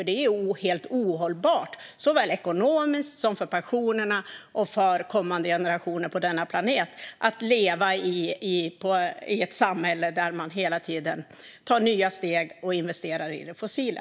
Det är ohållbart såväl ekonomiskt som för pensionerna och kommande generationer på denna planet att ha ett samhälle där det hela tiden nyinvesteras i det fossila.